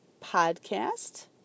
podcast